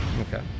Okay